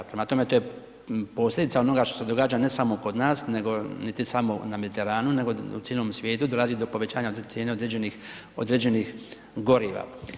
Prema tome, to je posljedica onoga što se događa ne samo kod nas, nego niti samo na Mediteranu, nego u cijelom svijetu, dolazi do povećanja cijena određenih goriva.